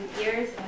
ears